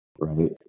right